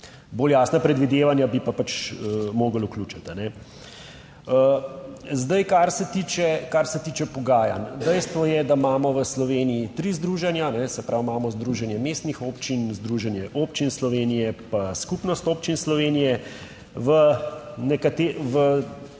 bolj jasna predvidevanja bi pa pač morali vključiti. Zdaj, kar se tiče, kar se tiče pogajanj, dejstvo je, da imamo v Sloveniji tri združenja, se pravi imamo Združenje mestnih občin, Združenje občin Slovenije pa Skupnost občin Slovenije. V Združenju